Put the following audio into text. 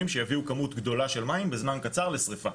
שיביאו כמות גדולה של מים בזמן קצר לשריפה.